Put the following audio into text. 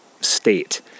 state